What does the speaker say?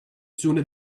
sooner